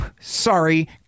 Sorry